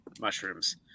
mushrooms